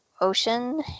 ocean